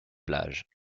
plages